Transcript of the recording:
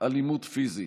אלימות פיזית,